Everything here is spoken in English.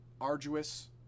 arduous